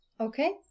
Okay